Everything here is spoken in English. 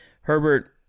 Herbert